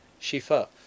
shifa